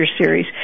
Series